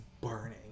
burning